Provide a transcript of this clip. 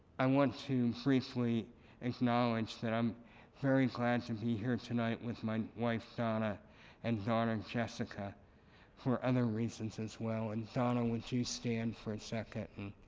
i want to briefly acknowledge that i'm very glad to be here tonight with my wife donna and daughter jessica for other reasons as well. and donna would you stand for a second,